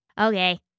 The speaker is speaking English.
Okay